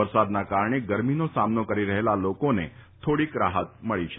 વરસાદના કારણે ગરમીનો સામનો કરી રફેલા લોકોને થોડીક રાફત મળી છે